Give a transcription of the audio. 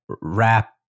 wrap